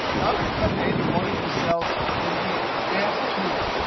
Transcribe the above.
now i'm going to come to any one of these cells and hit f two,